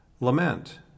lament